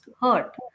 hurt